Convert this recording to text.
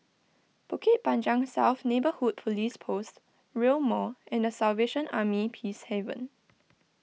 Bukit Panjang South Neighbourhood Police Post Rail Mall and the Salvation Army Peacehaven